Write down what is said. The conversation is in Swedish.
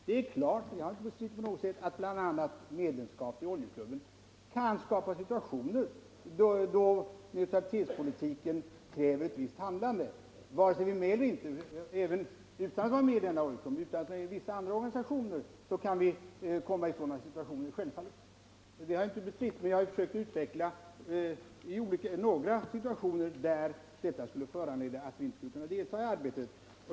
Det är klart — det har jag inte heller på något sätt bestridit — att bl.a. medlemsskap i oljeklubben kan skapa situationer då neutralitetspolitiken kräver ett visst handlande. Även utan att vara med i denna organisation eller vissa andra organisationer kan vi självfallet komma i en sådan situation. Det har jag som sagt inte bestridit, men jag har försökt utveckla några situationer där detta skulle föranleda att vi inte skulle kunna delta i arbetet.